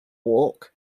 walk